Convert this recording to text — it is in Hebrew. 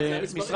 אבל אלה המספרים.